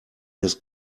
his